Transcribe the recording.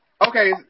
Okay